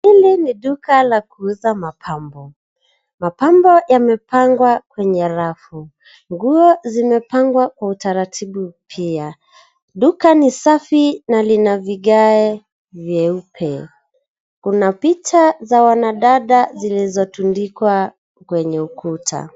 Hili ni duka la kuuza mapambo. Mapambo yamepangwa kwenye rafu. Nguo zimepangwa kwa utaratibu pia. Duka ni safi na lina vigae vyeupe. Kuna picha za wanadada zilizotundikwa kwenye ukuta.